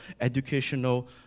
educational